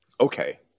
Okay